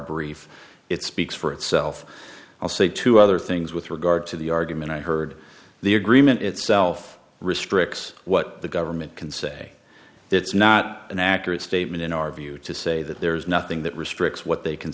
brief it speaks for itself i'll say two other things with regard to the argument i heard the agreement itself restricts what the government can say it's not an accurate statement in our view to say that there is nothing that restricts what they can